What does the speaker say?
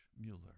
Mueller